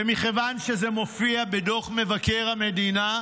ומכיוון שזה מופיע בדוח מבקר המדינה,